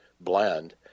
blend